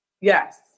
Yes